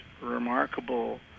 remarkable